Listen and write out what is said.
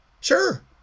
sure